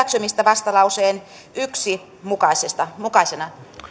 vastalauseen yhtenä mukaisena